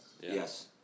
Yes